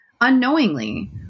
unknowingly